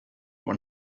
one